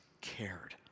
cared